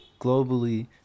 globally